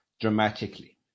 dramatically